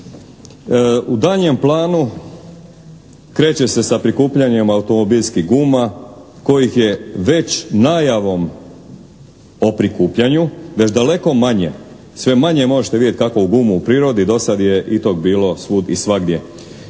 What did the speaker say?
U daljnjem planu kreće se sa prikupljanjem automobilskih guma kojih je već najavom o prikupljanju već daleko manje. Sve manje možete vidjeti kakvu gumu u prirodi. Do sad je i tog bilo svud i svagdje.